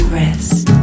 rest